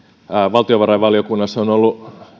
valtiovarainvaliokunnassa on ollut